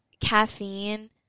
caffeine